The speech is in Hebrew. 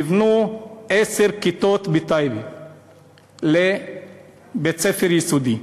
נבנו בטייבה עשר כיתות לבית-ספר יסודי.